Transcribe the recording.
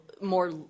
more